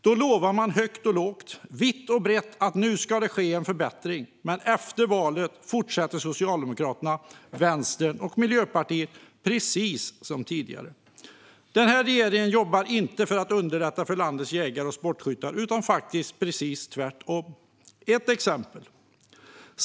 Då lovar man högt och lågt, vitt och brett att det ska ske en förbättring. Men efter valet fortsätter Socialdemokraterna, Vänstern och Miljöpartiet precis som tidigare. Den här regeringen jobbar inte för att underlätta för landets jägare och sportskyttar utan gör faktiskt precis tvärtom. Jag ska ge ett exempel.